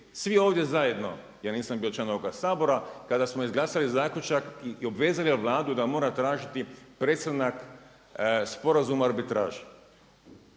svi ovdje zajedno, ja nisam bio član ovoga Sabora kada smo izglasali zaključak i obvezali Vladu da mora tražiti prestanak sporazuma o arbitraži.